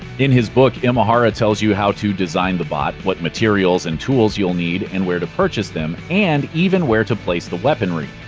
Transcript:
in his book, imahara tells you how to design the bot, what materials and tools you'll need and where to purchase them, and even where to place the weaponry.